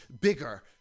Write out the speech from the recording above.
bigger